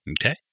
Okay